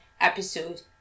episode